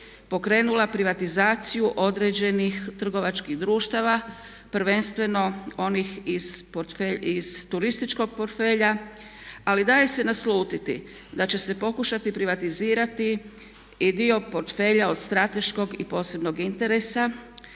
pokrenula privatizaciju određenih trgovačkih društava prvenstveno iz turističkog portfelja ali dalje se naslutiti da će se pokušati privatizirati i dio portfelja od strateškog i posebnog interesa